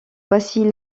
voici